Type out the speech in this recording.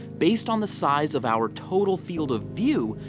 based on the size of our total field of view,